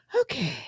okay